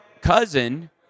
cousin